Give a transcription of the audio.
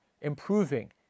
improving